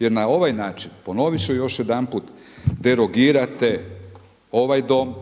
Jer na ovaj način ponovit ću još jedanput derogirate ovaj Dom,